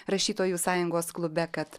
rašytojų sąjungos klube kad